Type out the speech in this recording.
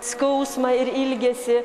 skausmą ir ilgesį